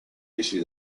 issue